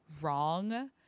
wrong